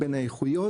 בין האיכויות,